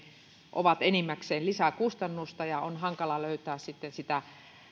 ovat enimmäkseen lisäkustannusta ja on hankalaa löytää sitten sitä